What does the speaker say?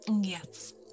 Yes